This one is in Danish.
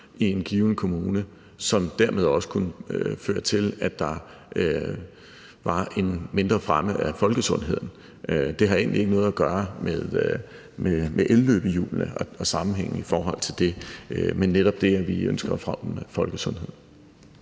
i en given kommune, hvilket dermed også kunne føre til, at der var en mindre fremme af folkesundheden. Det har egentlig ikke noget at gøre med elløbehjulene og sammenhængen med det, men netop det, at vi ønsker at fremme folkesundheden.